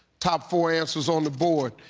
top four answers on the board.